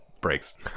breaks